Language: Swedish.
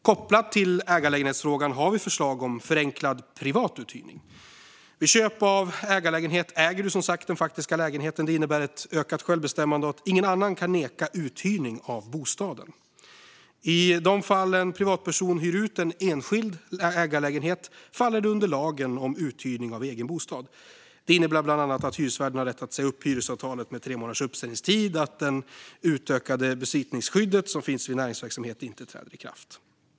Kopplat till ägarlägenhetsfrågan har vi förslag om förenklad privat uthyrning. Vid köp av ägarlägenhet äger man som sagt den faktiska lägenheten. Det innebär ett ökat självbestämmande och att ingen annan kan neka uthyrning av bostaden. I de fall en privatperson hyr ut en enskild ägarlägenhet faller det under lagen om uthyrning av egen bostad. Det innebär bland annat att hyresvärden har rätt att säga upp hyresavtalet med tre månaders uppsägningstid och att det utökade besittningsskydd som finns vid näringsverksamhet inte träder i kraft.